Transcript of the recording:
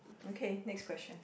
okay next question